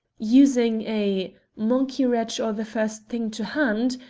using a monkey-wrench or the first thing to hand,